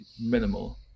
minimal